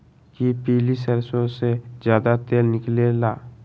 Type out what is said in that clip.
कि पीली सरसों से ज्यादा तेल निकले ला?